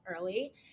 early